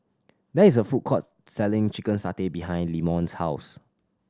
there is a food court selling chicken satay behind Leamon's house